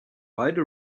beide